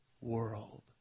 world